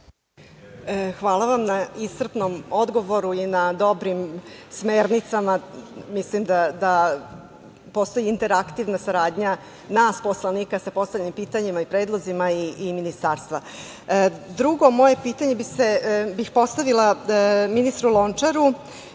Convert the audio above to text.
Hvala vam na iscrpnom odgovoru i na dobrim smernicama. Mislim da postoji interaktivna saradnja nas poslanika sa postavljenim pitanjima i predlozima i ministarstva. Drugo moje pitanje bih postavila ministru Lončaru